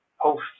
post